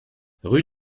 rue